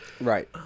Right